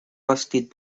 listed